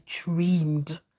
dreamed